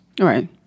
Right